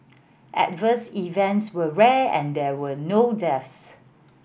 adverse events were rare and there were no deaths